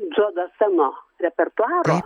džodo seno repertuaro